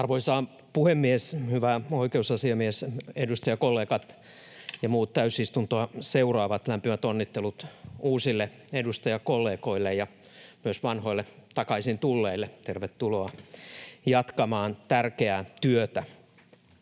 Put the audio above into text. Arvoisa puhemies! Hyvä oikeusasiamies, edustajakollegat ja muut täysistuntoa seuraavat! Lämpimät onnittelut uusille edustajakollegoille, ja myös vanhoille takaisin tulleille tervetuloa jatkamaan tärkeää työtä.